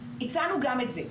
הצענו גם את זה.